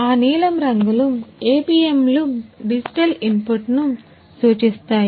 ఆ నీలం రంగులు APM లు డిజిటల్ ఇన్పుట్ను సూచిస్తాయి